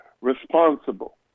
responsible